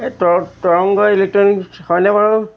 এই তৰ তৰংগ ইলেক্ট্ৰনিক্স হয়নে বাৰু